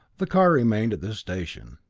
the car remained at this station.